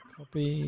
Copy